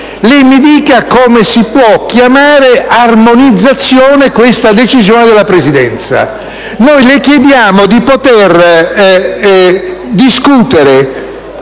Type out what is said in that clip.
Lei mi dica come si possa chiamare armonizzazione questa decisione della Presidenza! Noi le chiediamo di poter discutere